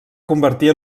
convertir